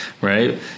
right